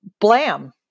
blam